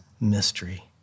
mystery